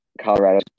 Colorado